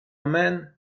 man